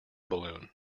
balloon